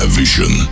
vision